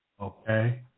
Okay